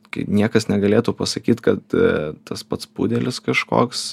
kai niekas negalėtų pasakyt kad tas pats pudelis kažkoks